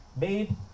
made